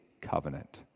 covenant